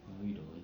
no you don't